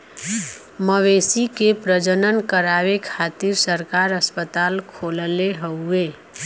मवेशी के प्रजनन करावे खातिर सरकार अस्पताल खोलले हउवे